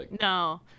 No